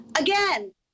Again